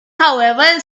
however